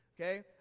Okay